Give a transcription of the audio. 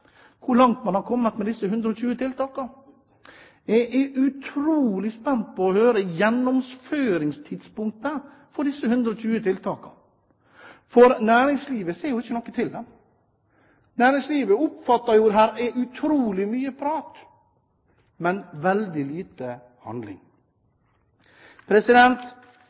hvor langt man har kommet med disse 120 tiltakene, jeg er utrolig spent på å høre gjennomføringstidspunktet for disse 120 tiltakene, for næringslivet ser jo ikke noe til dem. Næringslivet oppfatter at det her er utrolig mye prat, men veldig lite